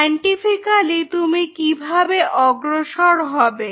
scientifically তুমি কিভাবে অগ্রসর হবে